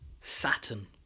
Saturn